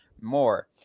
more